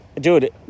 Dude